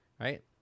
Right